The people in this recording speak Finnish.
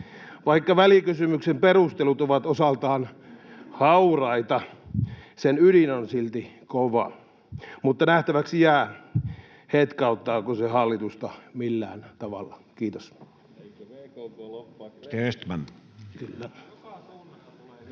Vaikka välikysymyksen perustelut ovat osaltaan hauraita, sen ydin on silti kova. Mutta nähtäväksi jää, hetkauttaako se hallitusta millään tavalla. — Kiitos.